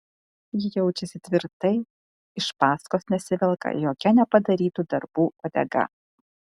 ji jaučiasi tvirtai iš paskos nesivelka jokia nepadarytų darbų uodega